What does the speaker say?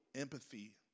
empathy